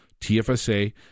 TFSA